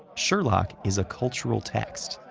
sherlock is a cultural text,